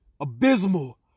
abysmal